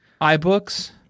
iBooks